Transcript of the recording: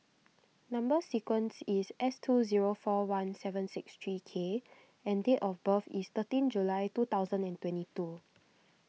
Number Sequence is S two zero four one seven six three K and date of birth is thirteen July two thousand and twenty two